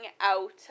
out